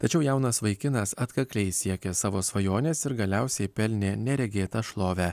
tačiau jaunas vaikinas atkakliai siekė savo svajonės ir galiausiai pelnė neregėtą šlovę